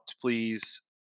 please